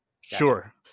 sure